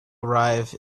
arrive